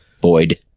Boyd